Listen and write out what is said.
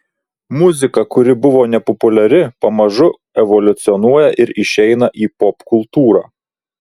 muzika kuri buvo nepopuliari pamažu evoliucionuoja ir išeina į popkultūrą